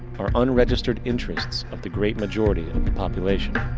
are unregistered interests of the great majority of the population.